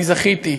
אני זכיתי,